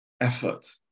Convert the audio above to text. effort